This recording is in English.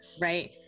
Right